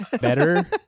better